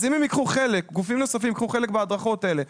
אם גופים נוספים ייקחו חלק בהדרכות האלה,